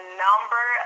number